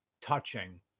touching